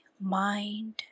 mind